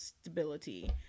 stability